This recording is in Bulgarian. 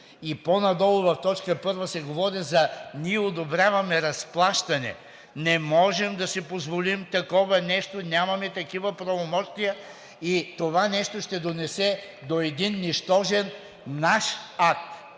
и по-надолу в т. 1 се говори за „ние одобряваме разплащане“ – не можем да си позволим такова нещо, нямаме такива правомощия и това нещо ще донесе до един нищожен наш акт.